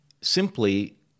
simply